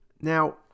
Now